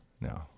No